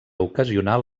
ocasional